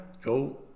go